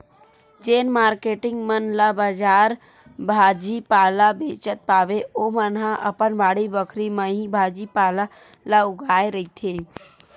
जेन मारकेटिंग मन ला बजार भाजी पाला बेंचत पाबे ओमन ह अपन बाड़ी बखरी म ही भाजी पाला ल उगाए रहिथे